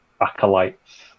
acolytes